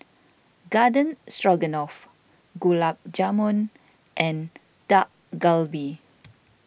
Garden Stroganoff Gulab Jamun and Dak Galbi